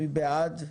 מי בעד?